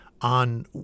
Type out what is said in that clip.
on